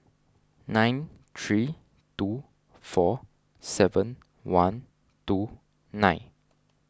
nine three two four seven one two nine